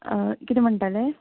कितें म्हणटाले